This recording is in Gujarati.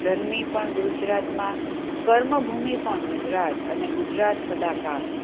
જન્મી પણ ગુજરાતમાં કર્મભૂમિ પણ ગુજરાત અને ગુજરાત સદાકાળ